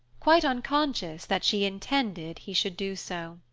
quite unconscious that she intended he should do so.